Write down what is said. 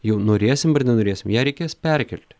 jau norėsim ir nenorėsim ją reikės perkelti